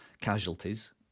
casualties